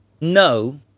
No